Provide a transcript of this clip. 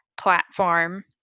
platform